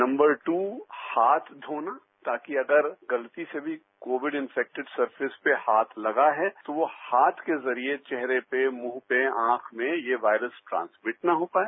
number two हाथ धोना ताकि अगर गलती से भी कोविड इंफेक्टीड सरफेस पर हाथ लगा है तो वो हाथ के जरिए चेहरे परमुंह पर आंख में ये वायरस ट्रांसमिट न हो पाए